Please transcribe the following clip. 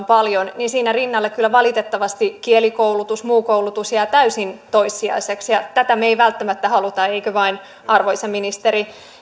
paljon niin siinä rinnalla kyllä valitettavasti kielikoulutus ja muu koulutus jää täysin toissijaiseksi ja tätä me emme välttämättä halua eikö vain arvoisa ministeri